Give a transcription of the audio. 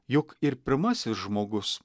juk ir pirmasis žmogus